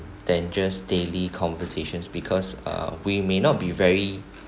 than just daily conversations because uh we may not be very